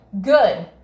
good